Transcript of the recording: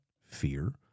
fear